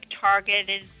targeted